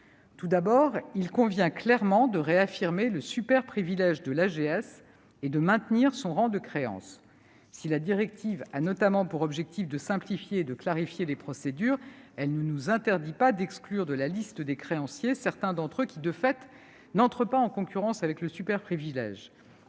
Tout d'abord, il convient clairement de réaffirmer le superprivilège de l'AGS et de maintenir son rang de créance. Si la directive a, notamment, pour objectif de simplifier et de clarifier les procédures, elle ne nous interdit pas d'exclure de la liste des créanciers certains d'entre eux, qui, de fait, n'entrent pas en concurrence avec le superprivilège.